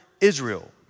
Israel